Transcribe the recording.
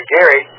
Gary